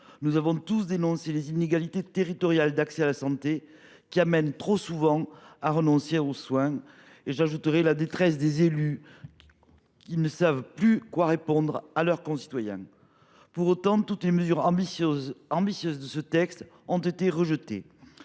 Nous avons tous dénoncé les inégalités territoriales d’accès à la santé, qui conduisent trop souvent à renoncer aux soins. J’ajoute à ce tableau la détresse des élus, qui ne savent plus quoi répondre à leurs concitoyens. Pour autant, toutes les mesures ambitieuses de ce texte ont été rejetées.